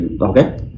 Okay